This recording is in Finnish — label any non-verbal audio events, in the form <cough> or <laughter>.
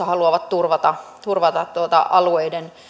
<unintelligible> haluavat turvata turvata alueiden